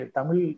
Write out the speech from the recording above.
Tamil